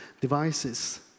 devices